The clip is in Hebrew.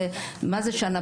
מה זה שנה?